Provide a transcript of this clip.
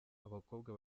abakobwa